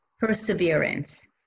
perseverance